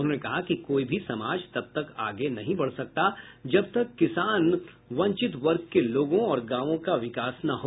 उन्होंने कहा कि कोई भी समाज तब तक आगे नहीं बढ़ सकता जब तक किसानों वंचित वर्ग के लोगों और गांवों का विकास न हो